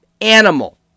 animal